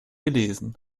gelesen